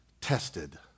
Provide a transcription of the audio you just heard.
tested